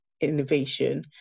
innovation